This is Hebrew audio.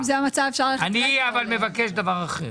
אני אבל מבקש דבר אחר.